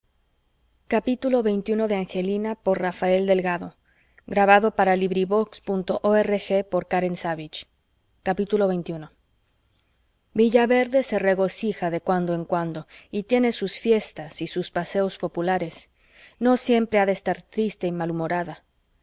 como persona de la familia xxi villaverde se regocija de cuando en cuando y tiene sus fiestas y sus paseos populares no siempre ha de estar triste y malhumorada